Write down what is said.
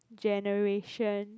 generation